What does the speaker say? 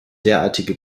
derartige